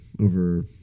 over